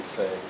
say